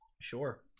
sure